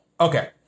Okay